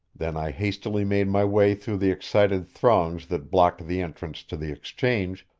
then i hastily made my way through the excited throngs that blocked the entrance to the exchange,